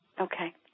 Okay